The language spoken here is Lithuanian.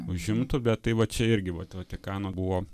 užimtų bet tai va čia irgi vat vatikano buvo